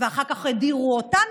אחר כך הדירו אותנו,